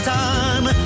time